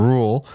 Rule